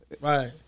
Right